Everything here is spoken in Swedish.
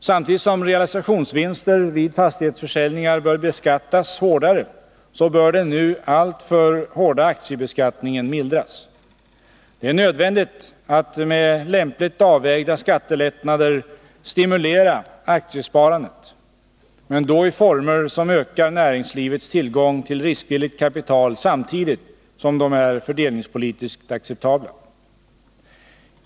Samtidigt som realisationsvinster vid fastighetsförsäljningar bör beskattas hårdare så bör den nu alltför hårda aktiebeskattningen mildras. Det är nödvändigt att med lämpligt avvägda skattelättnader stimulera aktiesparandet, men då i former som ökar näringslivets tillgång till riskvilligt kapital samtidigt som de är fördelningspolitiskt acceptabla.